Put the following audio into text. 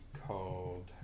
called